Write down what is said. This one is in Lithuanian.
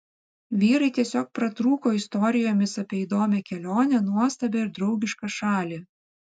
vyrai tiesiog pratrūko istorijomis apie įdomią kelionę nuostabią ir draugišką šalį